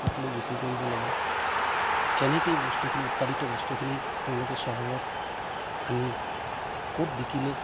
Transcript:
ক'তনো বিক্ৰী কৰিব লাগে কেনেকে এই বস্তুখিনি উৎপাদিত বস্তুখিনি তেওঁলোকে চহৰত আনি ক'ত বিকিলে